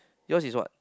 yours is what